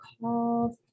called